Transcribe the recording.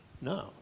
No